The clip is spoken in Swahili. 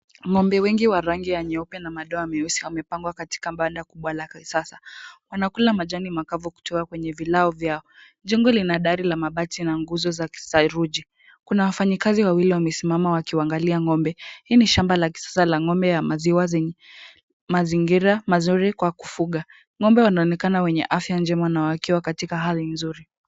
Ng'ombe wengi wa rangi nyeupe na madoa meusi wamepangwa katika banda kubwa la kisasa. Wanakula majani makavu kutoka kwenye vilao vyao. Jengo lina dari ya mabati na nguzo za kisaruji. Kuna wafanyikazi wawili wamesimama wakiwaangalia ng'ombe. Hii ni shamba la kisasa ya ng'ombe ya maziwa yenye mazingira mazuri kwa kufuga. Ng'ombe wanaonekana wenye afya njema na wakiwa katika hali nzuri.